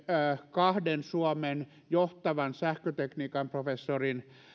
kahden suomen johtavan sähkötekniikan professorin